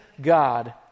God